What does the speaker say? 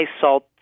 salt